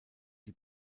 die